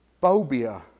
phobia